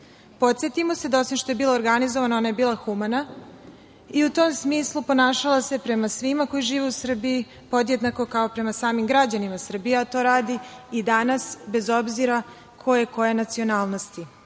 se, da osim što je bila organizovana, ona je bila humana i u tom smislu ponašala se prema svima koji žive u Srbiji podjednako kao prema samim građanima Srbije, a to radi i danas bez obzira ko je koje nacionalnosti. Predlog